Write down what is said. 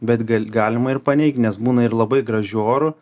bet gal galima ir paneigt nes būna ir labai gražiu oru